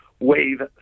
wave